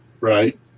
Right